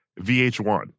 VH1